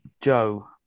Joe